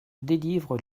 délivre